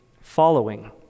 following